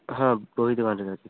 ହଁ ବହି ଦୋକାନରେ ଲାଗିଛି